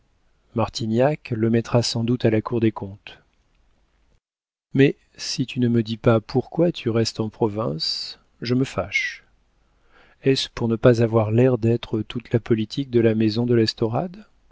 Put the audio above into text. martignac le mettra sans doute à la cour des comptes mais si tu ne me dis pas pourquoi tu restes en province je me fâche est-ce pour ne pas avoir l'air d'être toute la politique de la maison de l'estorade